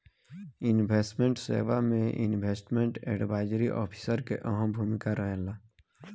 investment सेवा में investment advisory officer के अहम भूमिका रहेला